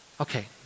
Okay